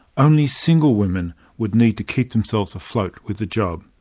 only single women would need to keep themselves afloat with a job.